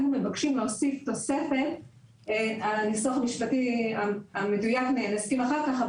היינו מבקשים להוסיף תוספת - לגבי הניסוח המשפטי המדויק נסכים אחר כך,